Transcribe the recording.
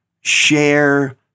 share